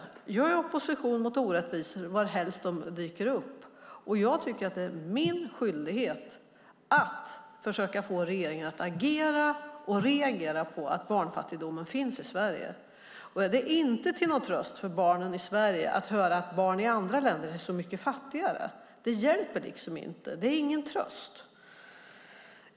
Jag är i opposition mot orättvisor var helst de dyker upp, och jag tycker att det är min skyldighet att försöka få regeringen att agera och reagera på att barnfattigdomen finns i Sverige. Det är inte till någon tröst för barnen i Sverige att höra att barn i andra länder är så mycket fattigare. Det hjälper inte, det är ingen tröst.